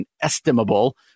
inestimable